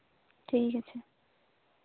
ᱴᱷᱤᱠ ᱟᱪᱪᱷᱮ